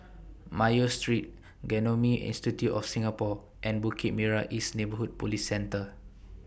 Mayo Street Genome Institute of Singapore and Bukit Merah East Neighbourhood Police Centre